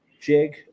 jig